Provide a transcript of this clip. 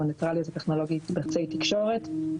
זה קשור לחוזה ביניכם.